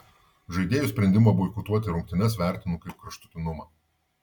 žaidėjų sprendimą boikotuoti rungtynes vertinu kaip kraštutinumą